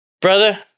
Brother